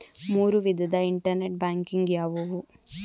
ಮೂರು ವಿಧದ internet banking ಯಾವುವು?